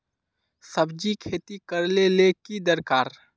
सब्जी खेती करले ले की दरकार?